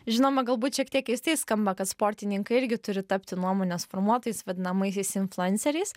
žinoma galbūt šiek tiek keistai skamba kad sportininkai irgi turi tapti nuomonės formuotojais vadinamaisiais influenceriais